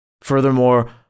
Furthermore